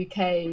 UK